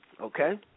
Okay